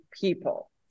People